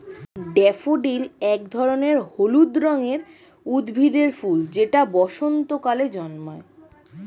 daffodil এক ধরনের হলুদ রঙের উদ্ভিদের ফুল যেটা বসন্তকালে জন্মায়